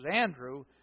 Andrew